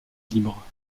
libre